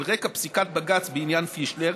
על רקע פסיקת בג"ץ בעניין פישלר,